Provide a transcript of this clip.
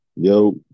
Yo